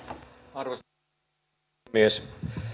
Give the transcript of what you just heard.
arvoisa rouva puhemies